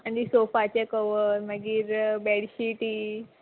आनी सोफाचे कवर मागीर बेडशीटी